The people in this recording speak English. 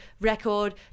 record